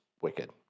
wicked